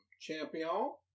champion